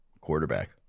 quarterback